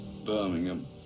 Birmingham